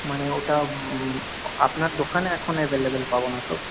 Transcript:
মানে ওটা আপনার দোকানে এখন অ্যাভেলেবেল পাব না তো